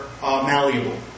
malleable